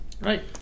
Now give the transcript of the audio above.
Right